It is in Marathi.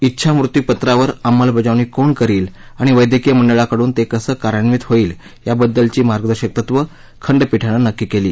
डेछामृत्यूपत्रावर अंमलबजावणी कोण करील आणि वैद्यकीय मंडळाकडून ते कसं कार्यान्वित होईल या बद्दलची मार्गदर्शक तत्व खंडपीठानं नक्की केली